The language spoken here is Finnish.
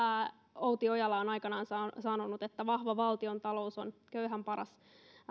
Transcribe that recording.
outi ojala on aikanaan sanonut sanonut vahva valtiontalous on köyhän paras